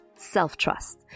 self-trust